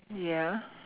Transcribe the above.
ya